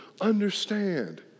understand